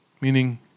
meaning